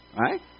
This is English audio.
right